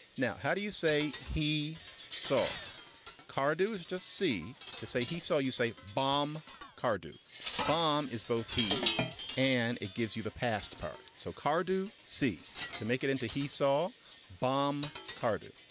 now, how do you say he saw car do is just see to say he saw you say bomb car do bomb is both he and it gives you the past part. so car do see to make it into. he saw bomb car do.